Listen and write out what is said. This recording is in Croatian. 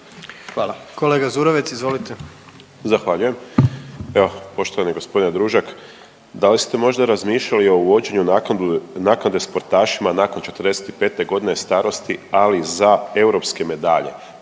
izvolite. **Zurovec, Dario (Fokus)** Zahvaljujem. Evo, poštovani gospodine Družak da li ste možda razmišljali i o uvođenju naknade sportašima nakon 45 godine starosti, ali za europske medalje.